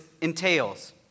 entails